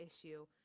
issue